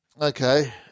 Okay